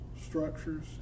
structures